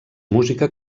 música